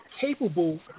capable